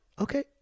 Okay